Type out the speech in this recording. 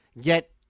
get